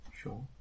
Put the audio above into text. Sure